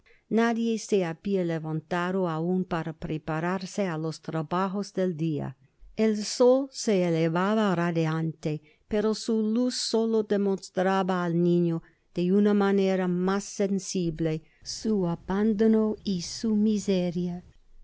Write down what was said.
nadie se habia levantado aun para prepararse á los trabajos del dia el sol se elevaba radiante pero su luz solo demostraba al niño de una manera mas sensible su abandono y su miseria